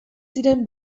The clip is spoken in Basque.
ziren